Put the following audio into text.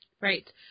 Right